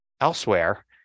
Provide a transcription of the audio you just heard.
elsewhere